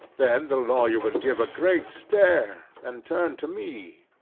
then the lawyer would give a great stare, and turn to me.